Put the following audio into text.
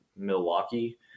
milwaukee